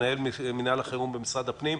מנהל מינהל החירום במשרד הפנים.